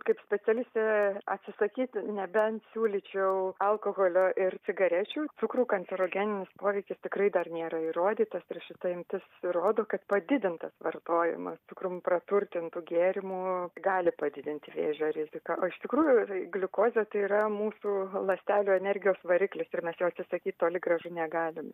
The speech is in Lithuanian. kaip specialistė atsisakyti nebent siūlyčiau alkoholio ir cigarečių cukrų kancerogeninis poveikis tikrai dar nėra įrodytas ir šita imtis rodo kad padidintas vartojimas cukrum praturtintų gėrimų gali padidinti vėžio riziką o iš tikrųjų ir gliukozė tai yra mūsų ląstelių energijos variklis ir mes jo atsisakyt toli gražu negalime